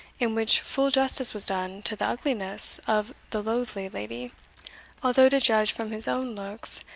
in which full justice was done to the ugliness of the lothely lady although, to judge from his own looks,